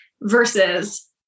Versus